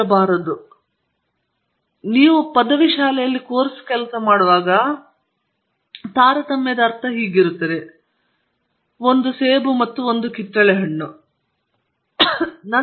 ಹಾಗಾಗಿ ಪದವಿಪೂರ್ವ ವಿದ್ಯಾರ್ಥಿಗಳನ್ನು ನಾನು ಹೇಳುತ್ತಿದ್ದೇನೆ ಮತ್ತು ಇದು ನಿಮಗೆ ಅನ್ವಯಿಸುತ್ತದೆ ನೀವು ಪದವಿ ಶಾಲೆಯಲ್ಲಿ ಕೋರ್ಸ್ ಕೆಲಸ ಮಾಡುವಾಗ ತಾರತಮ್ಯದ ಅರ್ಥವೆಂದರೆ ನಾನು ಒಂದು ಸೇಬನ್ನು ತೋರಿಸುತ್ತೇನೆ ಮತ್ತು ಅದನ್ನು ಏನೆಂದು ಕೇಳುತ್ತೇನೆ ಮತ್ತು ನೀವು ಕಿತ್ತಳೆ ಕೂಗು ಎಂದು